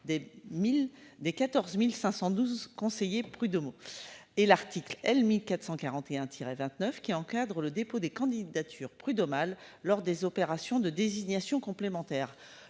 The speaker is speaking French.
des 14.512 conseillers prud'homaux et l'article L. 1441 Tiret 29 qui encadrent le dépôt des candidatures prud'homale lors des opérations de désignation complémentaires